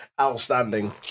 Outstanding